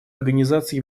организации